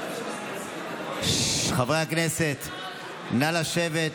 חברי הכנסת, נא לשבת.